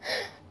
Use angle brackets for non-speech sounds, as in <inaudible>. <breath>